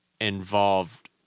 involved